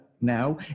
now